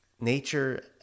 Nature